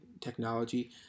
technology